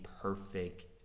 perfect